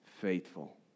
faithful